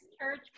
church